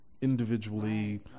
individually